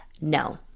no